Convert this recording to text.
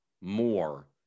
more